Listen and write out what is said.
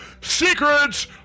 Secrets